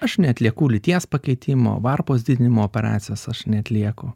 aš neatlieku lyties pakeitimo varpos didinimo operacijos aš neatlieku